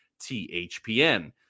THPN